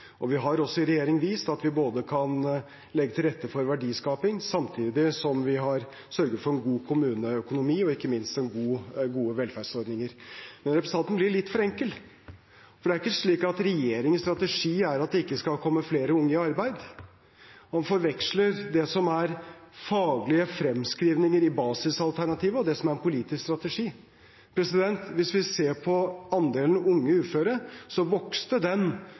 Vi har også i regjering vist at vi kan legge til rette for verdiskaping, samtidig som vi har sørget for en god kommuneøkonomi og ikke minst gode velferdsordninger. Representanten blir litt for enkel, for det er ikke slik at regjeringens strategi er at det ikke skal komme flere unge i arbeid. Han forveksler det som er faglige fremskrivninger i basisalternativet, og det som er politisk strategi. Hvis vi ser på andelen unge uføre, så vokste den